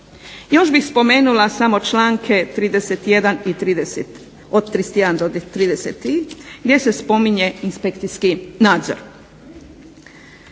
Još bih spomenula samo članke od 31. Do 33. Gdje se spominje inspekcijski nadzor.